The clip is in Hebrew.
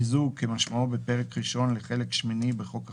"מיזוג" כמשמעו בפרק ראשון לחלק שמיני בחוק החברות,